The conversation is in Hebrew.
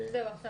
בבקשה.